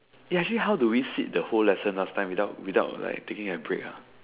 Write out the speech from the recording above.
eh actually how do we sit the whole lesson last time without without like taking a break ah